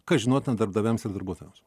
kas žinotina darbdaviams ir darbuotojams